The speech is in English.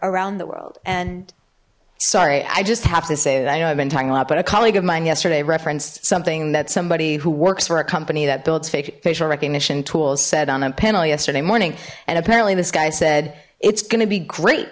around the world and sorry i just have to say that i know i've been talking a lot but a colleague of mine yesterday referenced something that somebody who works for a company that builds facial recognition tools said on a panel yesterday morning and apparently this guy said it's gonna be great